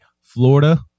Florida